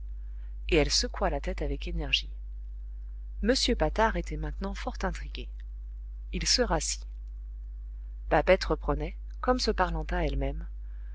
et elle secoua la tête avec énergie m patard était maintenant fort intrigué il se rassit babette reprenait comme se parlant à elle-même